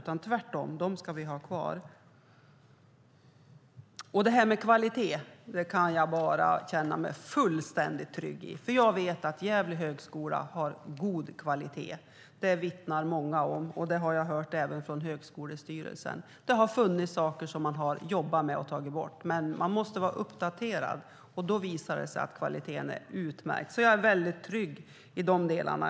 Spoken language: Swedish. Tvärtom ska vi ha kvar dem. Jag känner mig fullständigt trygg med kvaliteten. Jag vet att Högskolan i Gävle har god kvalitet. Det vittnar många om, och det har jag hört även från högskolestyrelsen. Man har jobbat med vissa saker och tagit bort en del. Men man måste vara uppdaterad, och då visar det sig att kvaliteten är utmärkt. Jag är därför mycket trygg i dessa delar.